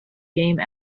game